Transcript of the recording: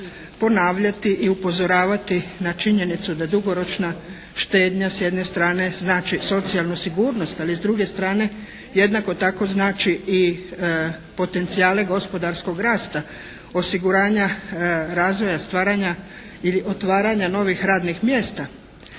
ponavljati i upozoravati na činjenicu da dugoročna štednja s jedne strane znači socijalnu sigurnost, ali s druge strane jednako tako znači i potencijale gospodarskog rasta osiguranja razvoja stvaranja ili otvaranja novih radnih mjesta.